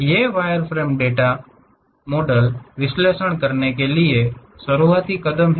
ये wireframe model data का विश्लेषण करने के लिए शुरुआती कदम हैं